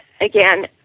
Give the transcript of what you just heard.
again